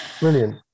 Brilliant